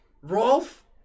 Rolf